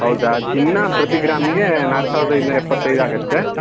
ಹೌದಾ ಚಿನ್ನ ಪ್ರತಿ ಗ್ರಾಮ್ಗೆ ನಾಲ್ಕು ಸಾವಿರದ ಐದ್ನೂರ ಎಪ್ಪತ್ತೈದ್ ಆಗುತ್ತೆ